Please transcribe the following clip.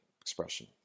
expression